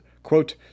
quote